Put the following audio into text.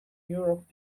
europe